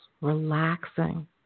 relaxing